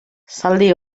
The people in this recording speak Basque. zaldi